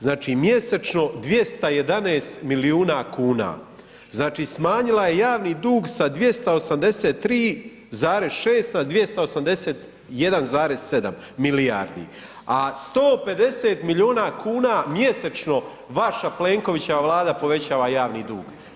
Znači mjesečno 211 milijuna kuna, znači smanjila je javni dug sa 283,6 na 281,7 milijardi, a 150 miliona kuna mjesečno vaša Plenkovićeva vlada povećava javni dug.